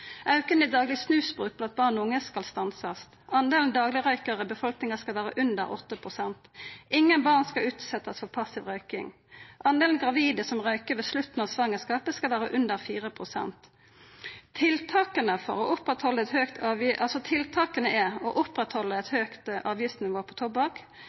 Auken i dagleg snusbruk blant barn og unge skal stansast. Prosentdelen daglegrøykarar i befolkninga skal vera under 8. Ingen barn skal utsetjast for passiv røyking. Prosentdelen gravide som røyker ved slutten av svangerskapet, skal vera under 4. Tiltaka er å oppretthalda eit høgt avgiftsnivå på tobakk, å utvikla lovverket med å